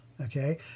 Okay